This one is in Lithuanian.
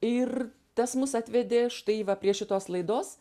ir tas mus atvedė štai va prie šitos laidos